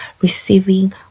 receiving